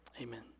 amen